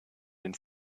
den